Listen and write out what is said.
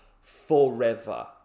forever